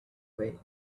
way